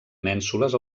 mènsules